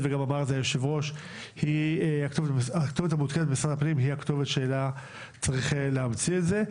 במשרד הפנים היא הכתובת אליה צריך להמציא את הדואר.